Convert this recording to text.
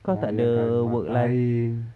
kau takde work life